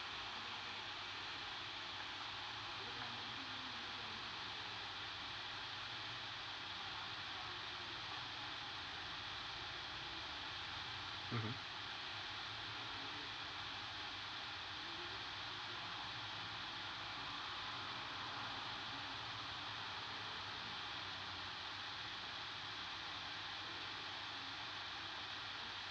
mmhmm